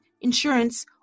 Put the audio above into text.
insurance